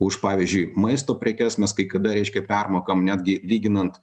už pavyzdžiui maisto prekes mes kai kada reiškia permokam netgi lyginant